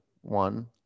One